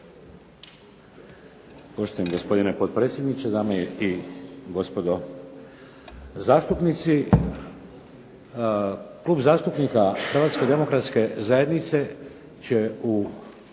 Poštovani gospodine potpredsjedniče, dame i gospodo zastupnici. Klub zastupnika Hrvatske demokratske zajednice će u